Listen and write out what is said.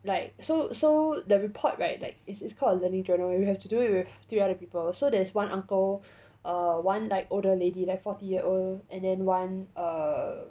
like so so the report [right] like it's it's called learning journal where you have to do it with three other people so there's one uncle uh one like older lady like forty year old and then one err